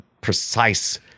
precise